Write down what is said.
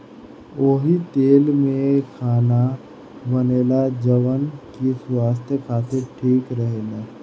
ओही तेल में खाना बनेला जवन की स्वास्थ खातिर ठीक रहेला